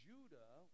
Judah